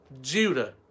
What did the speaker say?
Judah